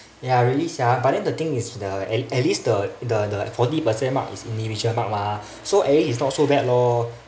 ya really sia but then the thing is the at least at least the the forty percent mark is individual mark mah so at least it's not so bad lor